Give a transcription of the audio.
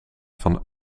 van